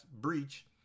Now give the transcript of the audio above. breach